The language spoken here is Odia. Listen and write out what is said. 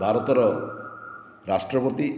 ଭାରତର ରାଷ୍ଟ୍ରପତି